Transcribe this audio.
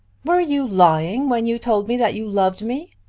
were you lying when you told me that you loved me?